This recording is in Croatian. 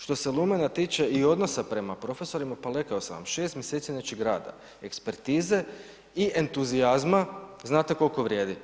Što se Lumena tiče i odnosa prema profesorima, pa rekao sam vam, 6 mjeseci nečijeg rada, ekspertize i entuzijazma, znate kolko vrijedi?